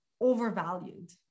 overvalued